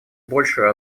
большую